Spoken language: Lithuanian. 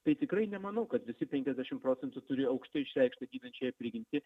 tai tikrai nemanau kad visi penkiasdešim procentų turi aukštai išreikštą gydančiąją prigimtį